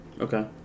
Okay